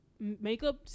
makeup